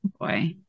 Boy